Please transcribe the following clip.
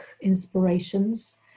inspirations